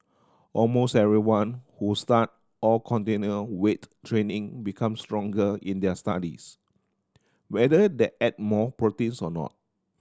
almost everyone who started or continued weight training become stronger in there studies whether they ate more proteins or not